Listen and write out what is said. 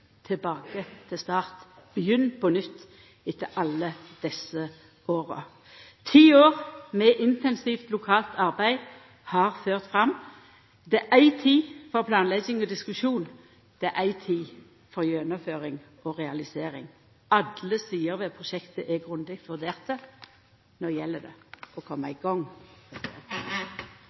tilbake til start – begynn på nytt etter alle desse åra. Ti år med intensivt lokalt arbeid har ført fram. Det er ei tid for planlegging og diskusjon, og det er ei tid for gjennomføring og realisering. Alle sider ved prosjektet er grundig vurderte. No gjeld det å koma i